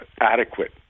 adequate